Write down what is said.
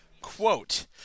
Quote